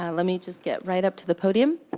ah let me just get right up to the podium.